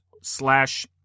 slash